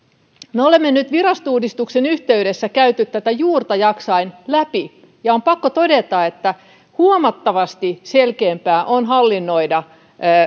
me olemme nyt virastouudistuksen yhteydessä käyneet tätä juurta jaksaen läpi ja on pakko todeta että huomattavasti selkeämpää on hallinnoida